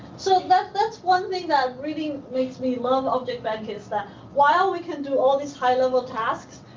so that's that's one thing that really makes me love objectbank is that while we can do all these high-level tasks,